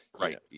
right